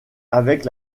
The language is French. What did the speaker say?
avec